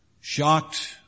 shocked